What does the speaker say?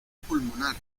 pulmonar